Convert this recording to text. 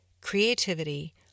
creativity